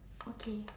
okay